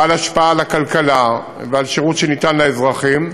בעל השפעה על הכלכלה ועל השירות שניתן לאזרחים,